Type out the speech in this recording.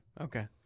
Okay